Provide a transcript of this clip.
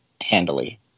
handily